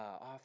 off